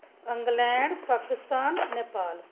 England Pakistan Nepal